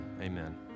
Amen